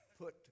put